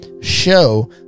show